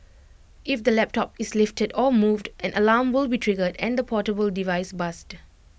if the laptop is lifted or moved an alarm will be triggered and the portable device buzzed